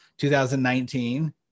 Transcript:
2019